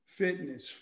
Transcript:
fitness